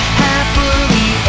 happily